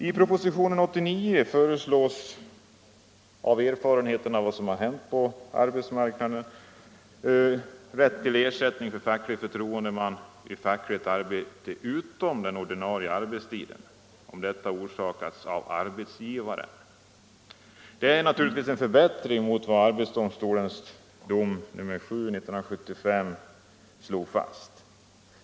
I propositionen 89 föreslås på grundval av vad som har hänt på arbetsmarknaden rätt till ersättning för facklig förtroendeman vid fackligt arbete utom den ordinarie arbetstiden, om detta arbete orsakas av ”arbetsgivaren”. Det är naturligtvis en förbättring i jämförelse med vad arbetsdomstolen i sin dom nr 7 år 1975 slog fast.